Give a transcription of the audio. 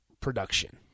production